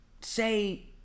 say